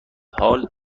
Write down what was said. حاال